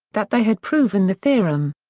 that they had proven the theorem.